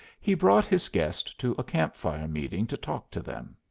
he brought his guest to a camp-fire meeting to talk to them.